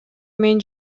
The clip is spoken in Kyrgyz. мен